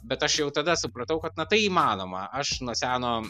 bet aš jau tada supratau kad na tai įmanoma aš nuo seno